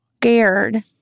scared